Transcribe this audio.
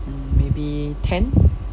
mm maybe ten